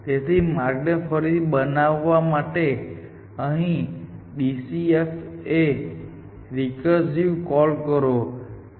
તેથી માર્ગને ફરીથી બનાવવા માટે તમે ડીસીએફ બે રીકર્સીવ કોલ કરો છો